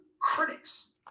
critics